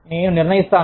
నేను నిర్ణయిస్తాను